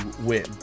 win